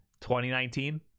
2019